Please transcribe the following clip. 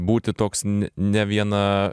būti toks ne ne viena